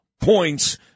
points